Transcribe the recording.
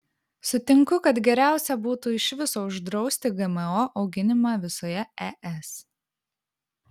sutinku kad geriausia būtų iš viso uždrausti gmo auginimą visoje es